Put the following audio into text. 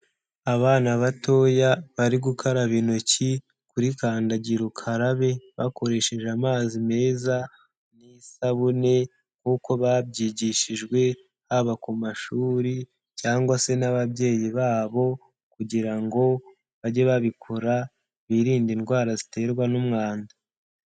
Abana batoya bari gukaraba intoki kuri kandagira ukarabe bakoresheje amazi meza n'isabune nk'uko babyigishijwe, haba ku mashuri cyangwa se n'ababyeyi babo kugira ngo bajye babikora biririnde indwara ziterwa n'umwanda.